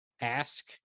ask